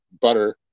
butter